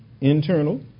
internal